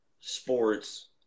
sports